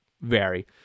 vary